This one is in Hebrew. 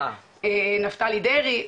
נפתלי דרעי,